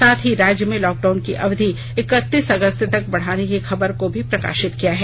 साथ ही राज्य में लॉकडाउन की अवधि इक्कतीस अगस्त तक बढ़ाने की खबर को भी प्रकाशित किया है